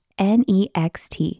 next